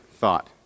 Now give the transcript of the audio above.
thought